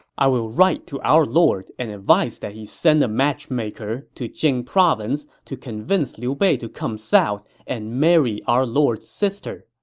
i will write to our lord and advise that he send a matchmaker to jing province to convince liu bei to come south to and marry our lord's sister.